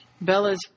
Bella's